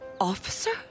Officer